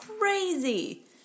crazy